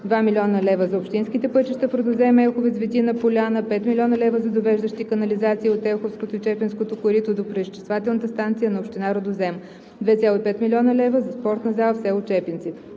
2 млн. лв. – за общинските пътища в Рудозем, Елховец, Витина, Поляна; - 5 млн. лв. – за довеждащи канализации от Елховското и Чепинското корито до пречиствателната станция на община Рудозем; - 2,5 млн. лв. – спортна зала в село Чепинци.